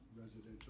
residential